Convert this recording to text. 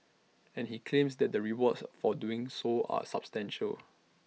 and he claims that the rewards for doing so are substantial